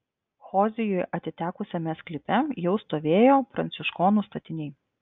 hozijui atitekusiame sklype jau stovėjo pranciškonų statiniai